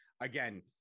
again